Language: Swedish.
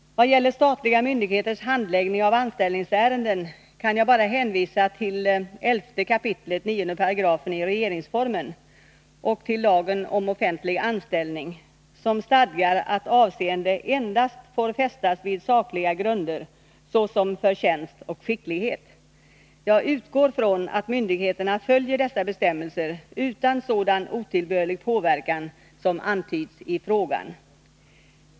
Vad gäller statliga myndigheters handläggning av anställningsärenden kan jag bara hänvisa till 11 kap. 9 § i regeringsformen och till lagen om offentlig anställning, som stadgar att avseende endast får fästas vid sakliga grunder såsom förtjänst och skicklighet. Jag utgår från att myndigheterna följer dessa bestämmelser utan sådan otillbörlig påverkan som antyds i frågan.